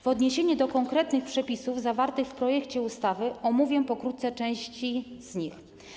W odniesieniu do konkretnych przepisów zawartych w projekcie ustawy omówię pokrótce część z nich.